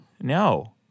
No